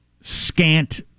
scant